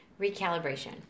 recalibration